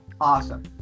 Awesome